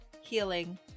Healing